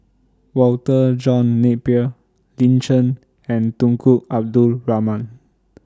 Walter John Napier Lin Chen and Tunku Abdul Rahman